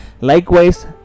likewise